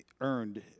Earned